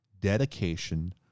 dedication